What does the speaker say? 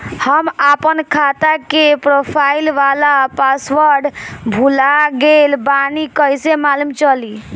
हम आपन खाता के प्रोफाइल वाला पासवर्ड भुला गेल बानी कइसे मालूम चली?